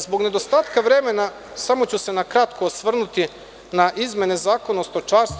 Zbog nedostatka vremena, samo ću se na kratko osvrnuti na izmene Zakona o stočarstvu.